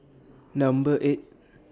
Number eight